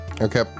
Okay